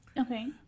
Okay